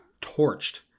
torched